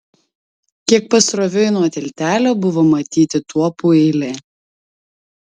kiek pasroviui nuo tiltelio buvo matyti tuopų eilė